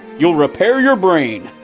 you'll repair your brain.